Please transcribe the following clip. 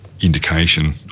indication